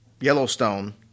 Yellowstone